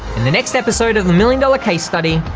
in the next episode of the million dollar case study,